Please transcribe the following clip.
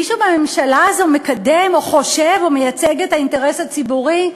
מישהו בממשלה הזאת מקדם או חושב או מייצג את האינטרס הציבורי?